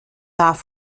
darf